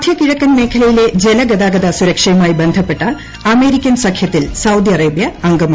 മധ്യ കിഴക്കൻ മേഖലയിലെജലഗതാഗതസുരക്ഷയുമായി ബന്ധപ്പെട്ട അമേരിക്കൻ സഖ്യത്തിൽസൌദിഅറേബ്യഅംഗമായി